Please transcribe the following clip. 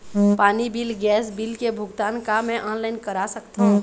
पानी bill gas bill के भुगतान का मैं ऑनलाइन करा सकथों?